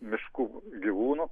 miškų gyvūnų